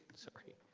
sorry,